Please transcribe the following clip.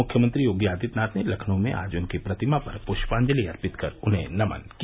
मुख्यमंत्री योगी आदित्यनाथ ने लखनऊ में आज उनकी प्रतिमा पर पुष्पांजलि अर्पित कर उन्हें नमन किया